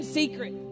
secret